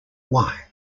why